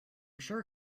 sure